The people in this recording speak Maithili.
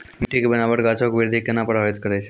मट्टी के बनावट गाछो के वृद्धि के केना प्रभावित करै छै?